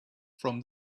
from